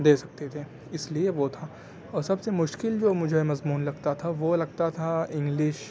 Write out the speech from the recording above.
دے سکتے تھے اس لیے وہ تھا اور سب سے مشکل جو مجھے مضمون لگتا تھا وہ لگتا تھا انگلش